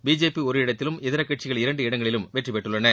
BJP ஒரு இடத்திலும் இதர கட்சிகள் இரண்டு இடங்களிலும் வெற்றி பெற்றுள்ளன